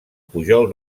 pujol